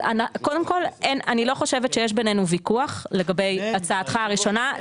קודם כל אני לא חושבת שיש בינינו ויכוח לגבי הצעתך הראשונה.